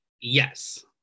Yes